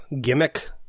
gimmick